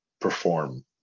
perform